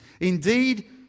Indeed